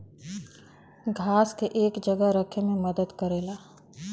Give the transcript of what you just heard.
घास के एक जगह रखे मे मदद करेला